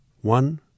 One